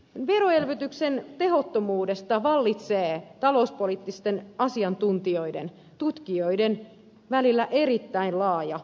veroelvytyksen tehottomuudesta vallitsee talouspoliittisten asiantuntijoiden tutkijoiden välillä erittäin laaja yhteisymmärrys